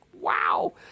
wow